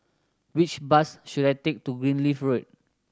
which bus should I take to Greenleaf Road